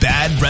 Bad